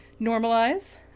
normalize